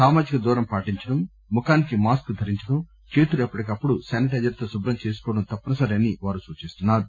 సామాజిక దూరం పాటించడం ముఖానికి మాస్కు ధరించడం చేతులు ఎప్పటికప్పుడు శానిటైజర్ తో కుభ్రం చేసుకోవడం తప్పనిసరి అని వారు సూచిస్తున్నారు